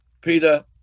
Peter